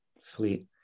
sweet